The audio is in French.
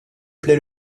plait